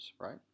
right